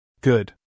good